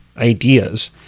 ideas